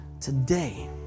Today